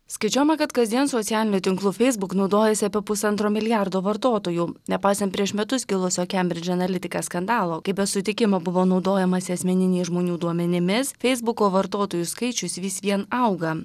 skaičiuojama kad kasdien socialiniu tinklu feisbuk naudojasi apie pusantro milijardo vartotojų nepaisant prieš metus kilusio kembridž analitika skandalo kai be sutikimo buvo naudojamasi asmeniniais žmonių duomenimis feisbuko vartotojų skaičius vis vien auga